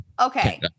okay